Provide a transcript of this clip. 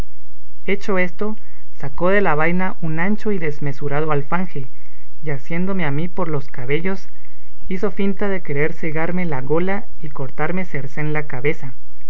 hecho esto sacó de la vaina un ancho y desmesurado alfanje y asiéndome a mí por los cabellos hizo finta de querer segarme la gola y cortarme cercen la cabeza